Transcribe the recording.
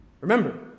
Remember